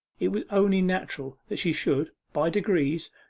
it was only natural that she should, by degrees,